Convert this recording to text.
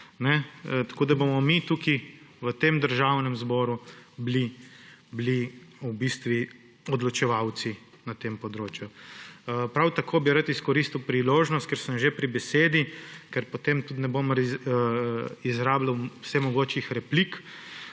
Tako bomo mi tukaj v tem državnem zboru odločevalci na tem področju. Prav tako bi rad izkoristil priložnost, ker sem že pri besedi, ker potem tudi ne bom izrabljal vsemogočih replik,